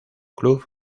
club